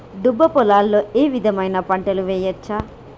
దుబ్బ పొలాల్లో ఏ విధమైన పంటలు వేయచ్చా?